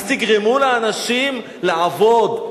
אז תגרמו לאנשים לעבוד,